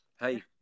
Hey